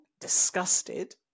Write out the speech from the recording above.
disgusted